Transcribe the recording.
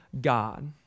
God